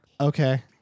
Okay